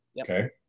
okay